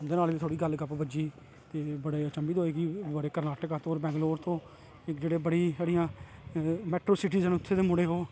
उंदे नाल बी थोह्ड़ी गल्ल गप्प बज्जी बड़े अचंभिल होई कर्नाटका तो बैंगलोर तों जेह्ड़े बड़ी साढ़ियां मैट्रो सीटीस न उत्थमां दे मुड़े ओह्